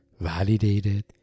validated